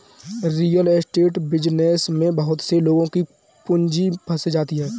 real estate business में बहुत से लोगों की पूंजी फंस जाती है